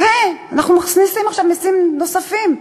ואנחנו מכניסים עכשיו מסים נוספים.